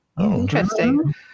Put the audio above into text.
Interesting